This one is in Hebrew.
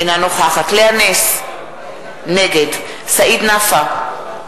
אינה נוכחת לאה נס, נגד סעיד נפאע,